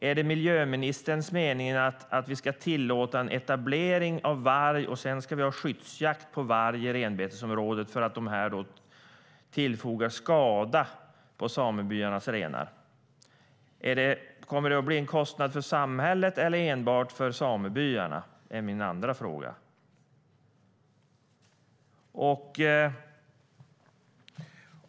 Är det miljöministerns mening att vi ska tillåta en etablering av varg och sedan ha skyddsjakt på varg i renbetesområdet för att vargen tillfogar skada på samebyarnas renar? Kommer det att bli en kostnad för samhället eller enbart för samebyarna?